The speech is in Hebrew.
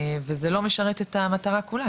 וזה לא משרת את המטרה כולה,